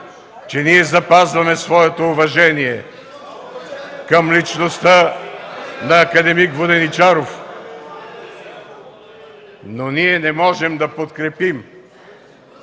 че ние запазваме своето уважение към личността на акад. Воденичаров, но ние не можем да подкрепим